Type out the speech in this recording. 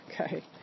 okay